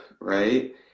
right